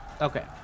Okay